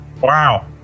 Wow